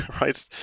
right